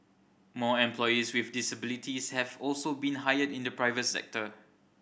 more employees with disabilities have also been hired in the private sector